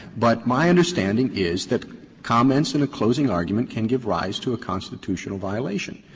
but my understanding is that comments in a closing argument can give rise to a constitutional violation.